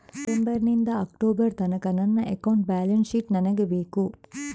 September ನಿಂದ October ತನಕ ನನ್ನ ಅಕೌಂಟ್ ಬ್ಯಾಲೆನ್ಸ್ ಶೀಟ್ ನನಗೆ ಬೇಕು